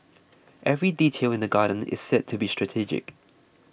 every detail in the garden is said to be strategic